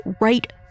right